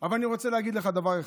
אבל אני רוצה להגיד לך דבר אחד: